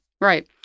Right